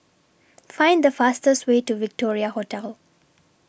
Find The fastest Way to Victoria Hotel